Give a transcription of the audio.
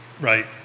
Right